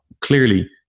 clearly